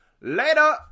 later